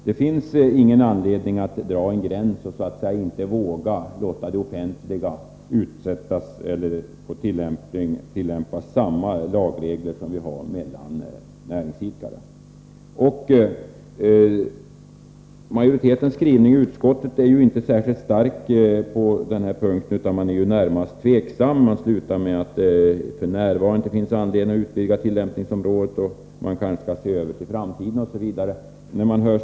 Det finns ingen anledning att dra en gräns och så att säga inte våga tillämpa samma regler i fråga om offentlig verksamhet. Utskottsmajoritetens skrivning är inte särskilt stark på den här punkten utan närmast tveksam. Den slutar med att det inte f.n. finns anledning att utvidga tillämpningsområdet och att det kanske kan finnas skäl att se över bestämmelserna i framtiden.